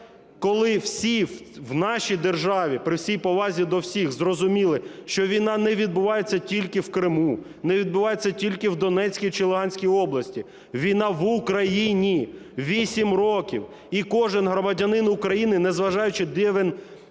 коли всі в нашій державі, при всій повазі до всіх, зрозуміли, що війна не відбувається тільки в Криму, не відбувається тільки в Донецькій чи Луганській області – війна в Україні 8 вісім років. І кожен громадянин України, не зважаючи, де